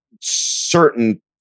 certain